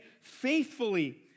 faithfully